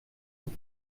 œufs